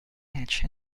match